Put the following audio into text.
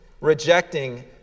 rejecting